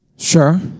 Sure